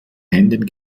händen